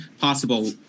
possible